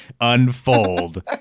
Unfold